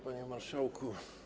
Panie Marszałku!